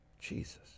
Jesus